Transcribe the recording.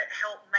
help